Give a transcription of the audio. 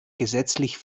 gesetzlich